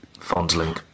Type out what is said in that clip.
fondling